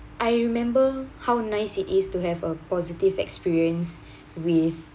I remember how nice it is to have a positive experience with